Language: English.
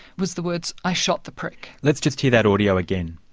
was the words, i shot the prick. let's just hear that audio again.